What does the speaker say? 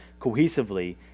cohesively